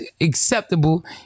acceptable